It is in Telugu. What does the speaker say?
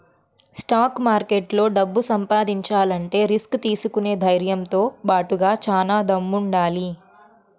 స్టాక్ మార్కెట్లో డబ్బు సంపాదించాలంటే రిస్క్ తీసుకునే ధైర్నంతో బాటుగా చానా దమ్ముండాలి